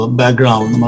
background